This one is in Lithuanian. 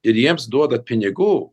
ir jiems duodat pinigų